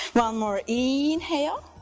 one more inhale,